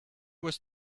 was